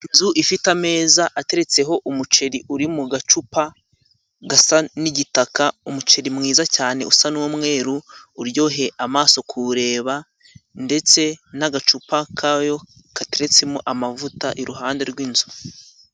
Inzu ifite ameza ateretseho umuceri uri mu gacupa gasa n'igitaka. Umuceri mwiza cyane usa n'umweruru, uryoheye amaso kuwureba ndetse n'agacupa kayo kateretsemo amavuta iruhande rw'inzu.